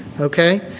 Okay